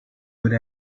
would